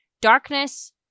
Darkness